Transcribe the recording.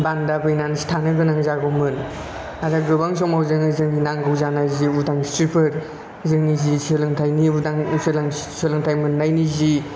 बान्दा बैनानैसो थांनो गोनां जागौमोन आरो गोबां समाव जि जोंनो नांगौजानाय उदांस्रि जोङो जि सोलोंथाइ मोन्नायनि जि